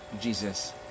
jesus